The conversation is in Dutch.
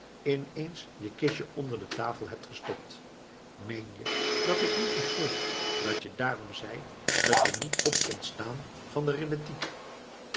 in eens je kistje onder de tafel hebt gestopt meen je dat ik niet begreep dat je daarom zei dat je niet op kondt staan van de